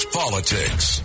politics